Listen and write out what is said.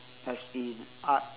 as in art